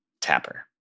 Tapper